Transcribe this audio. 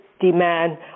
demand